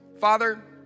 Father